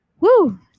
Woo